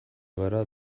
gara